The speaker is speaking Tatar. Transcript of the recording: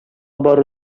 бару